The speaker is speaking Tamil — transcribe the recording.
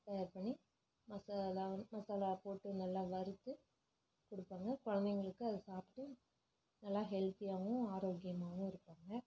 தயார் பண்ணி மசாலா மசாலா போட்டு நல்லா வறுத்து கொடுப்பாங்க குழந்தைங்களுக்கு அது சாப்பிட்டு நல்லா ஹெல்தியாகவும் ஆரோக்கியமாகவும் இருக்குதுங்க